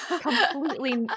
completely